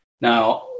Now